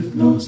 no